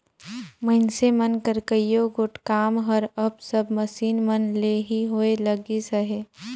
मइनसे मन कर कइयो गोट काम हर अब सब मसीन मन ले ही होए लगिस अहे